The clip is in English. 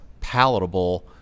palatable